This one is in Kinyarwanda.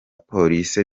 police